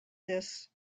this